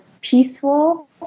peaceful